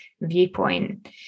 viewpoint